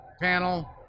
panel